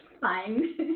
fine